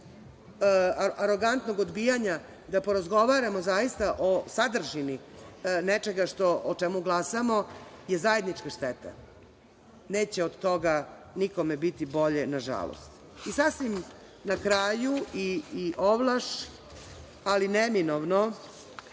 arogantnog odbijanja da porazgovaramo zaista o sadržini nečega o čemu glasamo je zajednička šteta. Neće od toga nikome biti bolje, nažalost. Sasvim na kraju i ovlaš, ali neminovno,